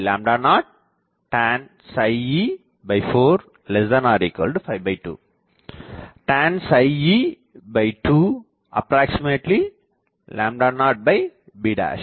b0tan e42 tan e20b